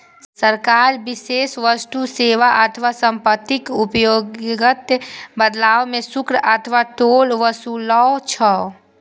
सरकार विशेष वस्तु, सेवा अथवा संपत्तिक उपयोगक बदला मे शुल्क अथवा टोल ओसूलै छै